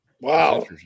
Wow